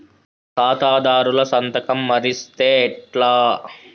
ఖాతాదారుల సంతకం మరిస్తే ఎట్లా?